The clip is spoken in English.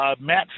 Matt